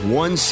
one